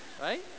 right